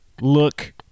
look